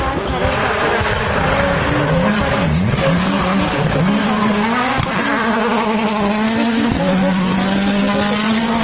তার স্যারের কাছে স্যারের ওইখানে যেয়ে পড়ে দেখি অনেক স্টুডেন্ট আছে আমার প্রথমে ভয় লাগতো যে কী করবো কি না কিছু খুঁজে পেতাম না